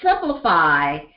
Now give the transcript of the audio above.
simplify